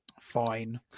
fine